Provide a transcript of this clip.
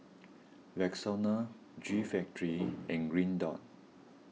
Rexona G Factory and Green Dot